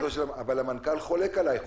המנכ"ל חולק עלייך,